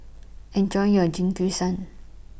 Enjoy your Jingisukan